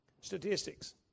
Statistics